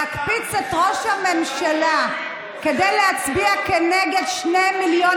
להקפיץ את ראש הממשלה כדי להצביע כנגד 2 מיליון